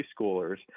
preschoolers